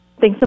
Thanks